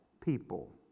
people